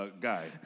guy